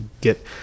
get